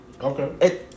Okay